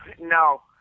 no